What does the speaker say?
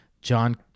John